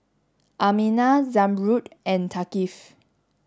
Aminah Zamrud and Thaqif